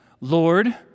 Lord